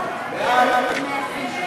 סעיף 04,